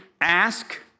ask